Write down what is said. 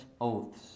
oaths